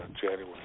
January